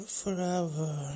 forever